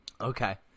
Okay